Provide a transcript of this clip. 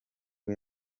bwo